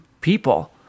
people